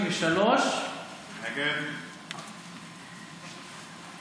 33. ההסתייגות (33) של חברי הכנסת שלמה